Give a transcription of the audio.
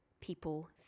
people